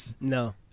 No